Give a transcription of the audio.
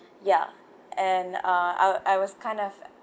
ya and uh I I was kind of